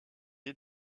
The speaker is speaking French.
est